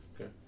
Okay